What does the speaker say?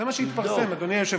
זה מה שהתפרסם, אדוני היושב-ראש.